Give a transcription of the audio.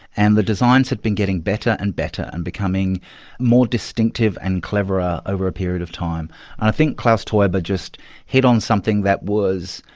and the designs had been getting better and better and becoming more distinctive and cleverer over a period of time, i think klaus teuber just hit on something that was.